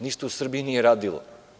Ništa u Srbiji nije radilo.